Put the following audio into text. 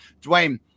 Dwayne